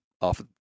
off